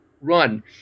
run